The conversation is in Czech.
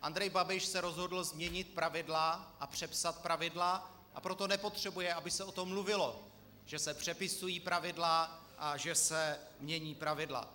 Andrej Babiš se rozhodl změnit pravidla a přepsat pravidla, a proto nepotřebuje, aby se o tom mluvilo, že se přepisují pravidla a že se mění pravidla.